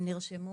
נרשמו